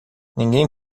ninguém